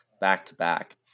back-to-back